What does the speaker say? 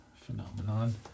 phenomenon